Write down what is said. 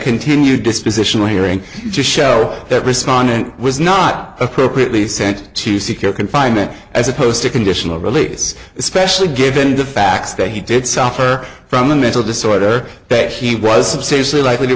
continued dispositional hearing just show that respondent was not appropriately sent to secure confinement as opposed to conditional release especially given the facts that he did suffer from a mental disorder that he was seriously like